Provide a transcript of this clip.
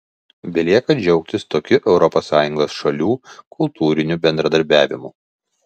belieka džiaugtis tokiu europos sąjungos šalių kultūriniu bendradarbiavimu